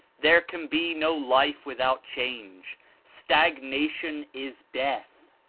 there can be no life without change stagnation is death.